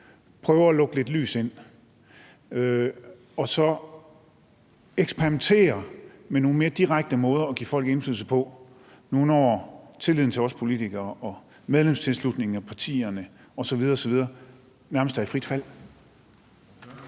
prøver at lukke lidt lys ind og så eksperimentere med nogle mere direkte måder at give folk indflydelse på nu, når tilliden til os politikere og medlemstilslutningen til partierne osv. osv. nærmest er i frit fald.